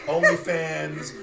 OnlyFans